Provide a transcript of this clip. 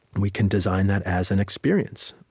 we can design that as an experience.